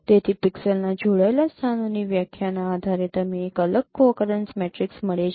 તેથી પિક્સેલનાં જોડાયેલા સ્થાનોની વ્યાખ્યા ના આધારે તમને એક અલગ કો અકરેન્સ મેટ્રિક્સ મળે છે